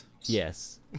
Yes